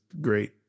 great